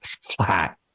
flat